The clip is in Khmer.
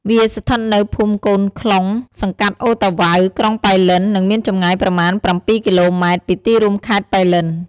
វាស្ថិតនៅភូមិកូនខ្លុង សង្កាត់ឣូរតាវ៉ៅ ក្រុងប៉ៃលិន និងមានចម្ងាយប្រមាណ ៧គីឡូម៉ែត្រ ពីទីរួមខេត្តប៉ៃលិន។